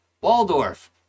Waldorf